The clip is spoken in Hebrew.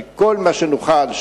שכל מה שנוכל,